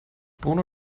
bruno